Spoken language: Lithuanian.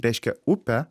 reiškia upę